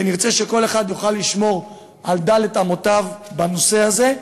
ונרצה שכל אחד יוכל לשמור על ד' אמותיו בנושא הזה.